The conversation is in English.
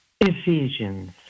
Ephesians